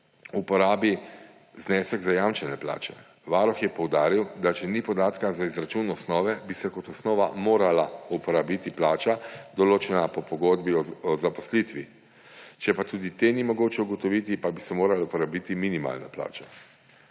uporabi znesek zajamčene plače. Varuh je poudaril, da če ni podatka za izračun osnove, bi se kot osnova morala uporabiti plača, določena po pogodbi o zaposlitvi. Če pa tudi te ni mogoče ugotoviti, bi se morala uporabiti minimalna plača.